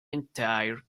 entire